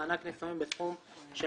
מענק נישואין בסכום של